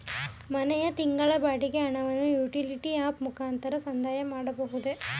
ಮನೆಯ ತಿಂಗಳ ಬಾಡಿಗೆ ಹಣವನ್ನು ಯುಟಿಲಿಟಿ ಆಪ್ ಮುಖಾಂತರ ಸಂದಾಯ ಮಾಡಬಹುದೇ?